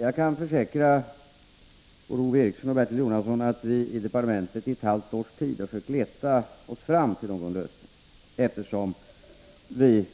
Jag kan försäkra Ove Eriksson och Bertil Jonasson att vi i departementet under ett halvt år försökt leta oss fram till någon lösning, eftersom vi